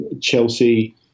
Chelsea